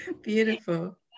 beautiful